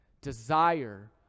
desire